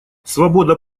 свобода